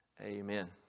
Amen